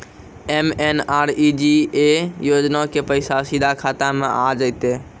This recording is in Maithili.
एम.एन.आर.ई.जी.ए योजना के पैसा सीधा खाता मे आ जाते?